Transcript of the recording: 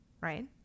right